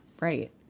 Right